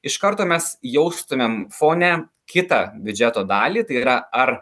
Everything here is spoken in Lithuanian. iš karto mes jaustumėm fone kitą biudžeto dalį tai yra ar